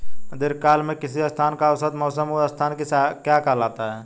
दीर्घकाल में किसी स्थान का औसत मौसम उस स्थान की क्या कहलाता है?